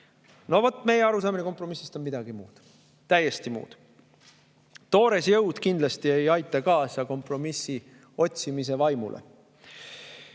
No vot, meie arusaamine kompromissist on midagi muud, täiesti muud. Toores jõud kindlasti ei aita kaasa kompromissi otsimise vaimule. Mõne